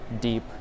deep